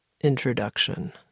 introduction